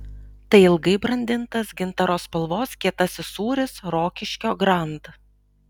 tai ilgai brandintas gintaro spalvos kietasis sūris rokiškio grand